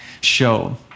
show